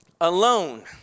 alone